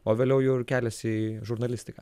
o vėliau jau ir kelias į žurnalistiką